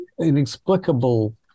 inexplicable